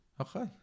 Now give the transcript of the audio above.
Okay